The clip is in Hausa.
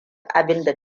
abinda